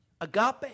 agape